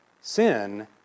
sin